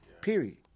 Period